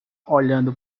olhando